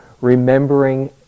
Remembering